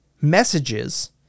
messages